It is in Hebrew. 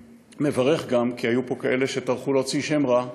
ומברך גם, כי היו פה כאלה שטרחו להוציא שם רע,